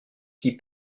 qui